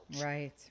Right